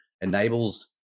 enables